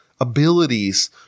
abilities